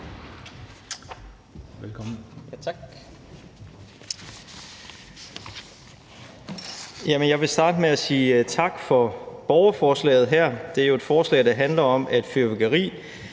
Kollerup): Jeg vil starte med at sige tak for borgerforslaget her. Det er jo et forslag, der handler om, at fyrværkeri